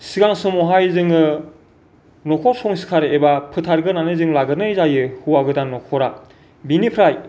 सिगां समावहाय जोङो न'खर संस्कार एबा फोथारग्रोनानै जों लाग्रोनाय जायो हौआ गोदान न'खरआ बेनिफ्राय